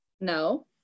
No